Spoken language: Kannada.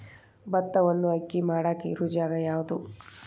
ಭತ್ತವನ್ನು ಅಕ್ಕಿ ಮಾಡಾಕ ಇರು ಜಾಗ ಯಾವುದು?